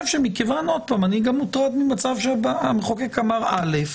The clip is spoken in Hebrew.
אני גם מוטרד ממצב שהמחוקק אמר א',